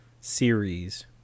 series